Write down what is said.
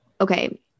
okay